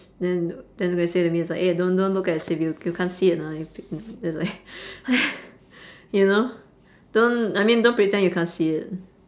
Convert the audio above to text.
s~ then uh then go say to me it's like eh don't don't look as if you you can't see it ah you p~ it's like like you know don't I mean don't pretend you can't see it